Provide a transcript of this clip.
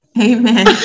Amen